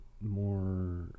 more